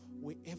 wherever